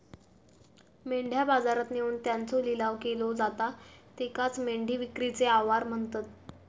मेंढ्या बाजारात नेऊन त्यांचो लिलाव केलो जाता त्येकाचं मेंढी विक्रीचे आवार म्हणतत